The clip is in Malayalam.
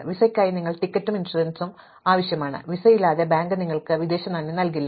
വിസയ്ക്കായി നിങ്ങൾക്ക് ടിക്കറ്റും ഇൻഷുറൻസും ലഭ്യമാകേണ്ടതുണ്ട് വിസയില്ലാതെ ബാങ്ക് നിങ്ങൾക്ക് വിദേശനാണ്യം നൽകില്ല